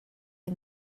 yng